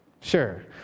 Sure